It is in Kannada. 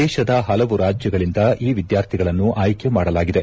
ದೇಶದ ಪಲವು ರಾಜ್ಯಗಳಿಂದ ಈ ವಿದ್ಯಾರ್ಥಿಗಳನ್ನು ಆಯ್ಲೆ ಮಾಡಲಾಗಿದೆ